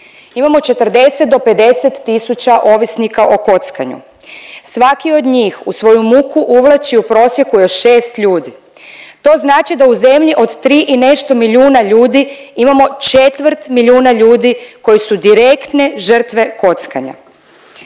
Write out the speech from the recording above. Imamo 40 do 50 tisuća ovisnika o kockanju, svaki od njih u svoju muku uvlači u prosjeku još 6 ljudi. To znači da u zemlji od tri i nešto milijuna ljudi imamo četvrt milijuna ljudi koji su direktne žrtve kockanja.